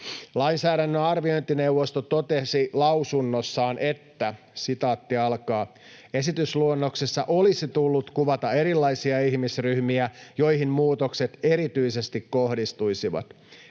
Lainsäädännön arviointineuvosto totesi lausunnossaan: ”Esitysluonnoksessa olisi tullut kuvata erilaisia ihmisryhmiä, joihin muutokset erityisesti kohdistuisivat.